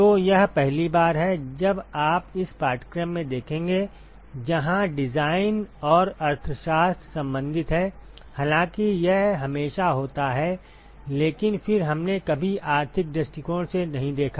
तो यह पहली बार है जब आप इस पाठ्यक्रम में देखेंगे जहां डिजाइन और अर्थशास्त्र संबंधित हैं हालांकि यह हमेशा होता है लेकिन फिर हमने कभी आर्थिक दृष्टिकोण से नहीं देखा